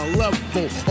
level